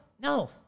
No